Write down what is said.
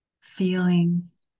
feelings